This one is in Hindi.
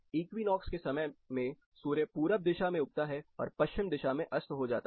इक्विनोक्स के समय में सूर्य पूरब दिशा में उगता है और पश्चिम दिशा में अस्त हो जाता है